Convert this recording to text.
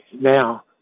now